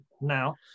now